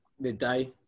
midday